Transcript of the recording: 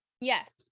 yes